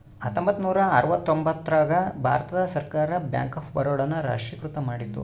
ಹತ್ತೊಂಬತ್ತ ನೂರ ಅರವತ್ತರ್ತೊಂಬತ್ತ್ ರಾಗ ಭಾರತ ಸರ್ಕಾರ ಬ್ಯಾಂಕ್ ಆಫ್ ಬರೋಡ ನ ರಾಷ್ಟ್ರೀಕೃತ ಮಾಡಿತು